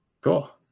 Cool